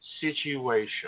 situation